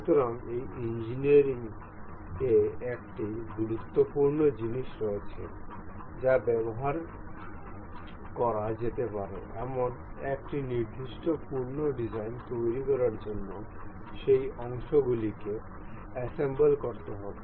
সুতরাং এখন ইঞ্জিনিয়ারিং এ একটি গুরুত্বপূর্ণ জিনিস রয়েছে যা ব্যবহার করা যেতে পারে এমন একটি নির্দিষ্ট পূর্ণ ডিজাইন তৈরি করার জন্য সেই অংশগুলিকে অ্যাসেম্বল করতে হবে